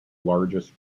largest